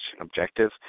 objective